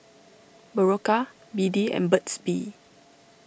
Berocca B D and Burt's Bee